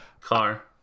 car